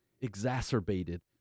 exacerbated